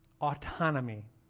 autonomy